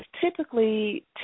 typically